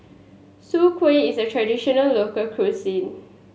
Soon Kueh is a traditional local cuisine